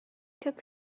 took